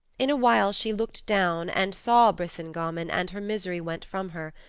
in a while she looked down and saw brisingamen and her misery went from her.